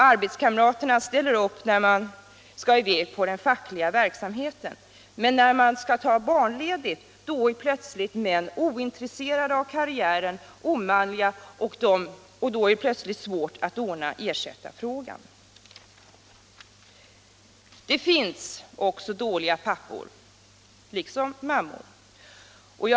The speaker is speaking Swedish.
Arbetskamraterna ställer upp när man skall i väg på den fackliga verksamheten. Men skall män ta barnledigt, då är de plötsligt ointresserade av karriären och omanliga, och då är det svårt att ordna ersättarfrågan. Det finns också dåliga pappor, liksom mammor.